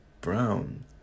brown